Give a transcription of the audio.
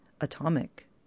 atomic